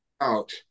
out